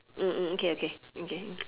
mm mm okay okay okay mm